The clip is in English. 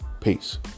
Peace